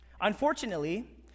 unfortunately